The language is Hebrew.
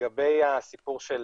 לגבי הסיפור של